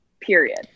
period